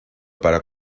para